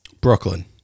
Brooklyn